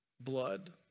Blood